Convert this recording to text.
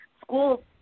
school